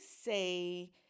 say